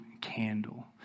candle